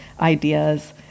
ideas